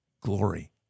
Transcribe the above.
glory